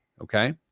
okay